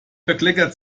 bekleckert